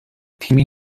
تیمی